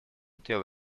till